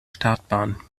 startbahn